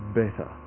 better